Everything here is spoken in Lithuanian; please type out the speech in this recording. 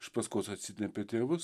iš paskos atsitempė tėvus